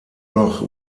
noch